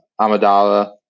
Amidala